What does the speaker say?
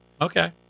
Okay